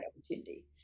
opportunity